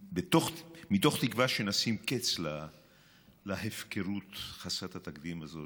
מתוך תקווה שנשים קץ להפקרות חסרת התקדים הזאת